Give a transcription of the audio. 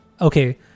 Okay